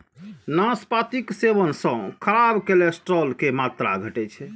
नाशपातीक सेवन सं खराब कोलेस्ट्रॉल के मात्रा घटै छै